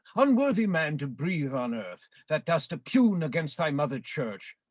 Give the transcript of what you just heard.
unworthy man to breathe on earth, that dost oppugn against thy mother church,